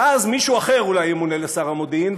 ואז מישהו אחר אולי ימונה לשר המודיעין,